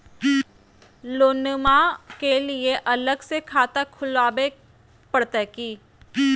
लोनमा के लिए अलग से खाता खुवाबे प्रतय की?